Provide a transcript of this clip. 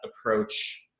approach